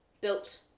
built